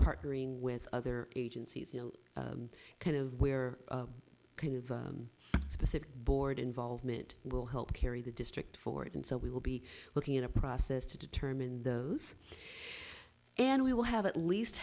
partnering with other agencies you know kind of where kind of specific board involvement will help carry the district forward and so we will be looking at a process to determine those and we will have at least